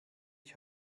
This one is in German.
ich